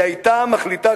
היא היתה מחליטה,